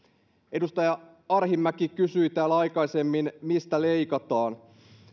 edustaja arhinmäki kysyi täällä aikaisemmin mistä leikataan